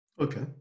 Okay